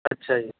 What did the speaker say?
ਅੱਛਾ ਜੀ